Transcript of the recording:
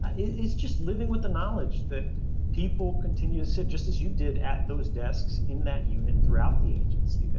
is is just living with the knowledge that people continue to sit just as you did at those desks in that unit throughout the agency.